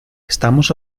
estamos